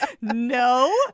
No